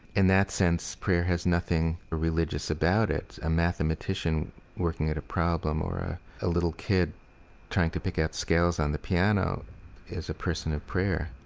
in that sense, prayer has nothing religious about it. a mathematician working at a problem or a a little kid trying to pick out scales on the piano is a person at prayer